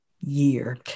year